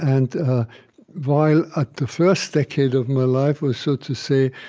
and while at the first decade of my life was, so to say,